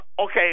okay